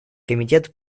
комитет